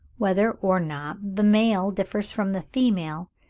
whether or not the male differs from the female,